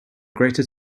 greater